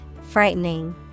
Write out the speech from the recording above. frightening